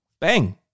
Bang